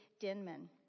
Denman